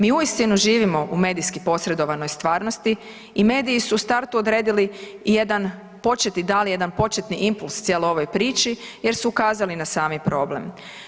Mi uistinu živimo u medijski posredovanoj stvarnosti i mediji su u startu odredili i jedan, da li jedan početni impuls cijeloj ovoj priči jer su ukazali na sami problem.